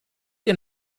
ihr